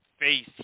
face